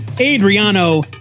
Adriano